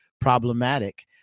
problematic